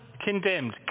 condemned